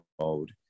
mode